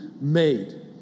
made